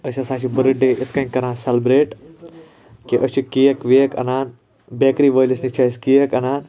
أسۍ ہَسہَ چھِ بٔرتھ ڈے یِتھ کنۍ کران سلبریٹ کہِ أسۍ چھِ کیک ویک اَنان بیکری وٲلِس نِش چھِ أسۍ کیک اَنان